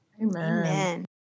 Amen